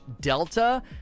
delta